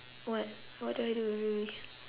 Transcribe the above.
what what do I do every weekend